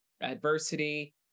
adversity